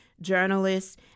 journalists